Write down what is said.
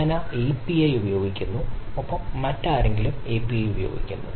ഞാൻ ആ API ഉപയോഗിക്കുന്നു ഒപ്പം മറ്റാരെങ്കിലും ആ API ഉപയോഗിക്കുന്നു